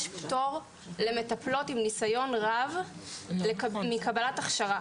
פטור למטפלות עם ניסיון רב מקבלת הכשרה,